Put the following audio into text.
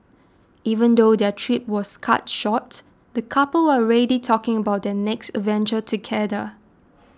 even though their trip was cut short the couple are already talking about their next adventure together